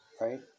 right